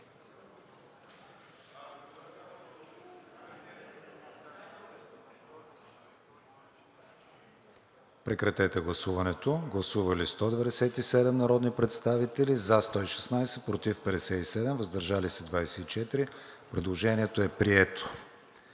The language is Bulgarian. тече гласуване. Гласували 169 народни представители: за 38, против 121, въздържали се 10. Предложението не е прието.